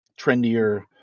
trendier